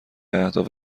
اهداف